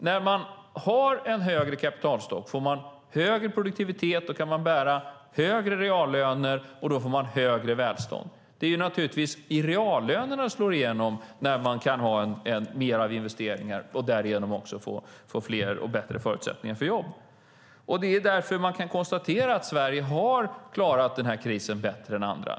När man har en högre kapitalstock får man högre produktivitet, och då kan man bära högre reallöner, vilket leder till större välstånd. När man kan göra mer investeringar slår det naturligtvis igenom i reallönerna, och därigenom får vi fler och bättre förutsättningar för jobb. Därför kan vi konstatera att Sverige klarat krisen bättre än andra.